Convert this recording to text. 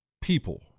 people